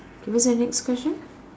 okay what's your next question